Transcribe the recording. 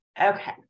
Okay